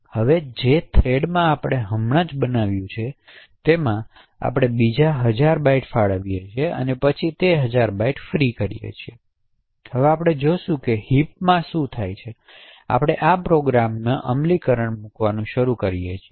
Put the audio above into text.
હવે જે થ્રેડમાં આપણે હમણાં જ બનાવ્યું છે તેમા આપણે બીજા હજાર બાઇટ્સ ફાળવીએ છીએ અને પછી તે હજાર બાઇટ્સ ફ્રી કરીએ છીએ હવે આપણે જોશું કે હિપને શું થાય છે અને આપણે આ પ્રોગ્રામને અમલમાં મૂકવાનું શરૂ કરીએ છીએ